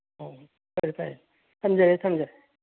ꯑꯣ ꯐꯔꯦ ꯐꯔꯦ ꯊꯝꯖꯔꯦ ꯊꯝꯖꯔꯦ